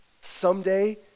Someday